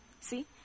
See